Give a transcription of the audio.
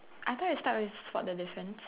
I thought you start with spot the difference